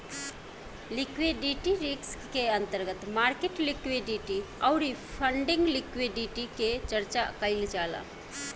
liquidity risk के अंतर्गत market liquidity अउरी फंडिंग लिक्विडिटी के चर्चा कईल जाला